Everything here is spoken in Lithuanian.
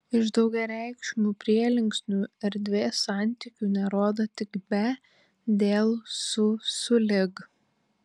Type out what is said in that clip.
iš daugiareikšmių prielinksnių erdvės santykių nerodo tik be dėl su sulig